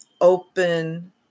open